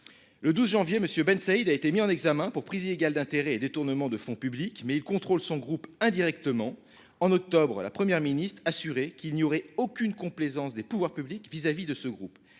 Le 12 janvier, Monsieur Bensaïd a été mis en examen pour prise illégale d'intérêts et détournement de fonds publics mais il contrôle son groupe indirectement en octobre, la Première ministre assuré qu'il n'y aurait aucune complaisance des pouvoirs publics vis-à-vis de ce groupe.